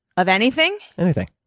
of anything? anything.